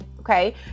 Okay